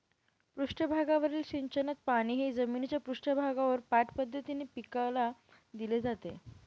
पृष्ठभागावरील सिंचनात पाणी हे जमिनीच्या पृष्ठभागावर पाठ पद्धतीने पिकाला दिले जाते